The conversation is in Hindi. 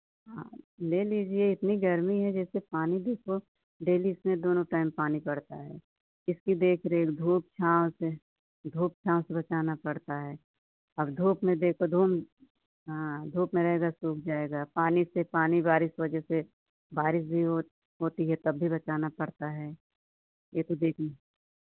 हाँ ले लीजिए इतनी गर्मी है जैसे पानी भी तो डेली इसमें दोनों टाइम पानी पड़ता है इसकी देख रेख धूप छाँव से धूप छाँव से बचाना पड़ता है अब धूप में देखो धूंध हाँ धूप में रहेगा सूख जाएगा पानी फिर पानी बारिश वजह से बारिश भी हो होती है तब भी बचाना पड़ता है एक